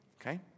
Okay